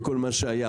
זה כל מה שהיה,